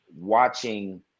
watching